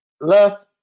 left